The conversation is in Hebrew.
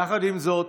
יחד עם זאת,